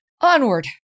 onward